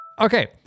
Okay